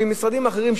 ממשרדים אחרים,